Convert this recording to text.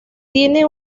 tiene